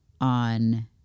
on